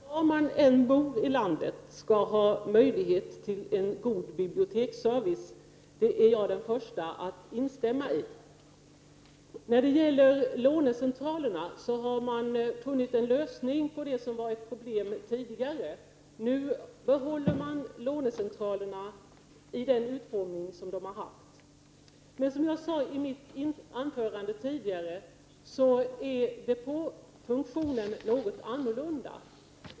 Herr talman! Var man än bor i landet skall man ha möjlighet till god biblioteksservice, det är jag den första att instämma i. När det gäller lånecentralerna har man funnit en lösning på det som varit problem tidigare. Nu behåller man lånecentralerna i den utformning de har haft. Men som jag sade i mitt anförande tidigare är depåfunktionen något annorlunda.